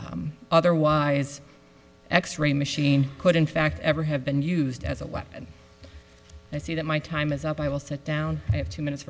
otherwise x ray machine could in fact ever have been used as a weapon i see that my time is up i will sit down i have two minutes